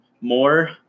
more